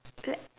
like